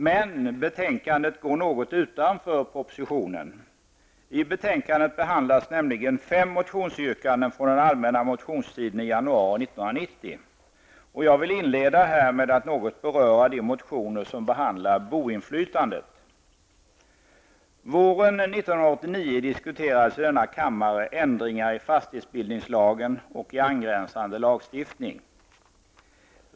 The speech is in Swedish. Men betänkandet går något utanför propositionen. I betänkandet behandlas nämligen fem motionsyrkanden från den allmänna motionstiden i januari 1990, och jag vill inleda med att något beröra de motioner som behandlar boinflytandet. Våren 1989 diskuterades i denna kammare ändringar i fastighetsbildningslagen och i angränsande lagstiftning.